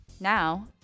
Now